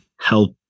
help